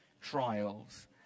trials